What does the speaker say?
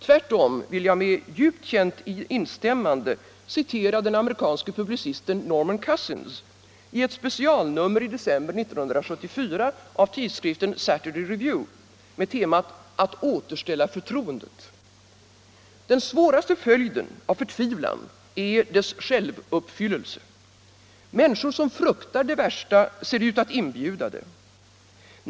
Tvärtom vill jag med djupt känt instämmande citera den amerikanske publicisten Norman Cousins i ett specialnummer i december 1974 av tidskriften Saturday Review med temat Att återställa förtroendet: ”Den svåraste följden av förtvivlan är dess självuppfyllelse. Människor som fruktar det värsta ser ut att inbjuda det.